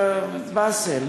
באסל.